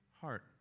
heart